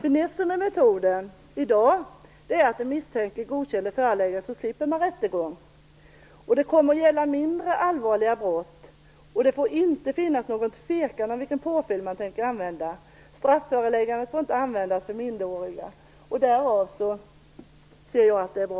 Fru talman! Finessen med metoden är att om den misstänkte godkänner föreläggandet slipper man rättegång. Detta kommer att gälla för mindre allvarliga brott, och det får inte råda något tvivel om vilken påföljd man tänker använda. Strafföreläggande får inte användas för minderåriga. Därav ser jag att det är bra.